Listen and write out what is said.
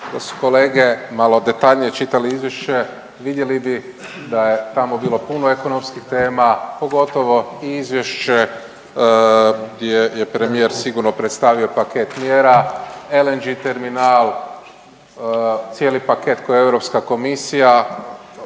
da su kolege malo detaljnije čitali izvješće vidjeli bi da je tamo bilo puno ekonomskih tema, pogotovo i izvješće gdje je premijer sigurno predstavio paket mjera, LNG terminal cijeli paket koji je Europska komisija